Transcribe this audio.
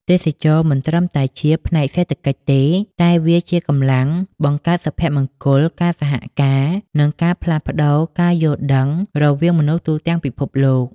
ទេសចរណ៍មិនត្រឹមតែជាផ្នែកសេដ្ឋកិច្ចទេ តែវាជាកម្លាំងបង្កើតសុភមង្គល ការសហការណ៍ និងការផ្លាស់ប្ដូរការយល់ដឹងរវាងមនុស្សទូទាំងពិភពលោក។